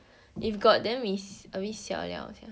if got then we is a bit siao [liao] sia